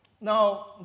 now